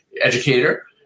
educator